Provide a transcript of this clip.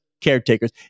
caretakers